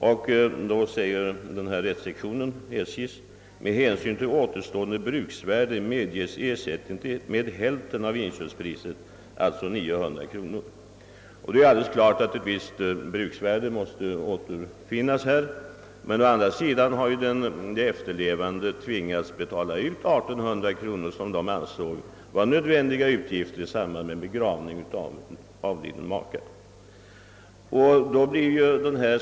SJ:s rättssektion yttrade om detta krav: »Med hänsyn till återstående bruksvärde medges ersättning med hälften av inköpspriset», alltså 900 kronor. Det är alldeles klart att ett visst bruksvärde måste återstå, men å andra sidan har de efterlevande tvingats betala ut 1800 kronor, vilket de ansåg vara en nödvändig utgift i samband med begravning av avliden make.